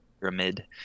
pyramid